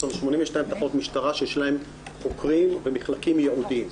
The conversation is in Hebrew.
יש לנו 82 תחנות משטרה שיש להן חוקרים ומחלקים ייעודיים.